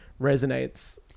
resonates